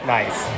nice